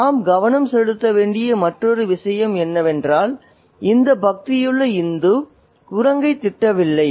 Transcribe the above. நாம் கவனம் செலுத்த வேண்டிய மற்றொரு விஷயம் என்னவென்றால் இந்த பக்தியுள்ள இந்து குரங்கைத் திட்டவில்லை